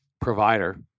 provider